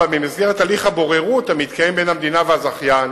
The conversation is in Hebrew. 4. במסגרת הליך הבוררות המתקיים בין המדינה והזכיין